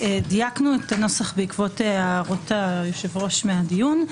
דייקנו את הנוסח בעקבות הערות היושב-ראש מהדיון.